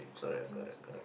correct correct correct